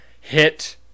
hit